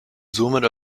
somit